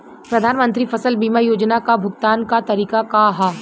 प्रधानमंत्री फसल बीमा योजना क भुगतान क तरीकाका ह?